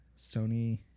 Sony